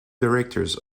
directors